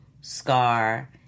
Scar